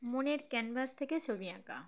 মনের ক্যানভাস থেকে ছবি আঁকা